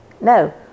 no